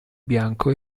bianco